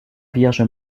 vierge